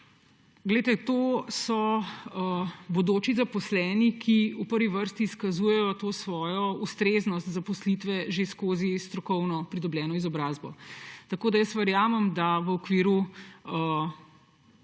To so bodoči zaposleni, ki v prvi vrsti izkazujejo to svojo ustreznost zaposlitve že skozi strokovno pridobljeno izobrazbo. Tako da verjamem, da v okviru